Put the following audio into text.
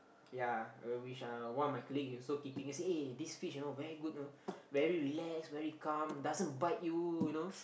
ya uh which uh one of my colleagues is also keeping say eh this fish you know very good you know very relax very calm doesn't bite you you know